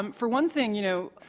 um for one thing, you know,